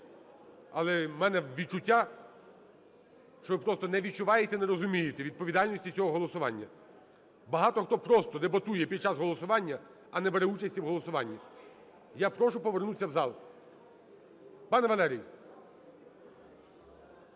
але у мене відчуття, що ви просто не відчуваєте і не розумієте відповідальності цього голосування. Багато хто просто дебатує під час голосування, а не бере участі в голосуванні. Я прошу повернутися в зал. Пане Валерій,